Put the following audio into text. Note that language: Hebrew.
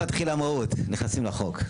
עכשיו מתחילה המהות, נכנסים לחוק.